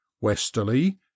westerly